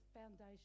foundation